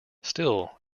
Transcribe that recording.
still